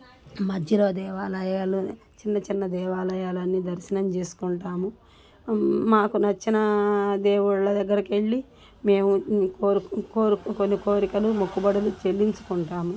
మధ్యలో దేవాలయాలు చిన్న చిన్న దేవాలయాలన్నీ దర్శనం చేసుకుంటాము మాకు నచ్చిన దేవుళ్ళ దగ్గరికెళ్ళి మేము కొన్ని కోరికలు మొక్కుబడులు చెల్లించుకుంటాము